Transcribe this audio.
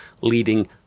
leading